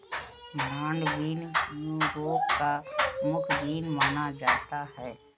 broad bean Europe का प्रमुख bean माना जाता है